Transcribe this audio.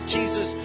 Jesus